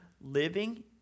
living